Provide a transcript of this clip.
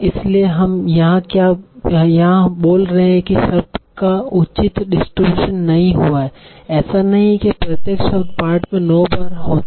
इसलिए हम यहाँ बोल रहे हैं कि शब्द का उचित डिस्ट्रीब्यूशन नहीं हुआ हैं ऐसा नहीं है कि प्रत्येक शब्द पाठ में 9 बार होता है